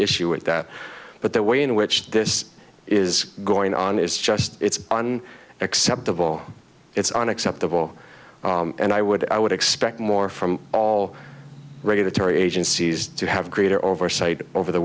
issue with that but the way in which this is going on is just it's on acceptable it's unacceptable and i would i would expect more from all regulatory agencies to have greater oversight over the